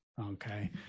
Okay